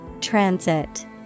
Transit